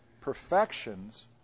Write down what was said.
perfections